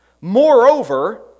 Moreover